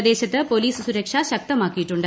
പ്രദേശത്ത് പോലീസ് സുരക്ഷ ശക്തമാക്കിയിട്ടുണ്ട്